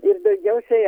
ir daugiausiai